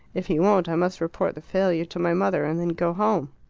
if he won't, i must report the failure to my mother and then go home.